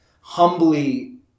humbly